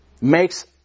makes